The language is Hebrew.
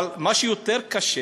אבל מה שיותר קשה